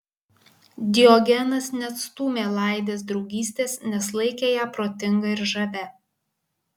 diogenas neatstūmė laidės draugystės nes laikė ją protinga ir žavia